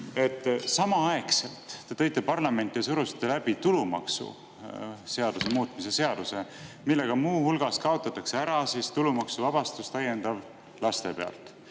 Samaaegselt tõite te parlamenti ja surusite läbi tulumaksuseaduse muutmise seaduse, millega muu hulgas kaotatakse ära täiendav tulumaksuvabastus laste eest.